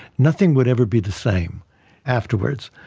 nothing would ever be the same afterwards.